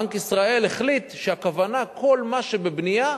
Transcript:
בנק ישראל החליט שהכוונה לכל מה שבבנייה,